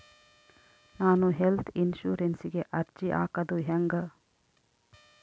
ನಾನು ಹೆಲ್ತ್ ಇನ್ಸುರೆನ್ಸಿಗೆ ಅರ್ಜಿ ಹಾಕದು ಹೆಂಗ?